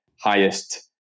highest